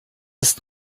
ist